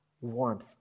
warmth